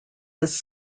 his